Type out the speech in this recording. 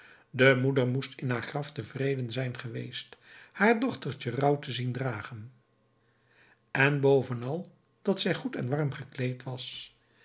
de moeder moest in haar graf tevreden zijn geweest haar dochtertje rouw te zien dragen en bovenal dat zij goed en warm gekleed was